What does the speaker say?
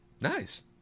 Nice